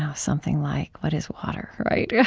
ah something like what is water yeah